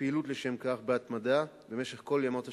פעילות לשם כך בהתמדה במשך כל ימות השנה.